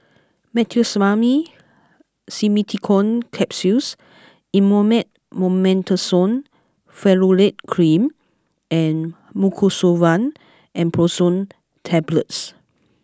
Meteospasmyl Simeticone Capsules Elomet Mometasone Furoate Cream and Mucosolvan Ambroxol Tablets